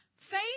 Faith